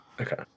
Okay